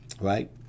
right